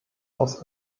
aus